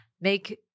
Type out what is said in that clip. Make